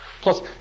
Plus